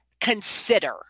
consider